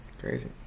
crazy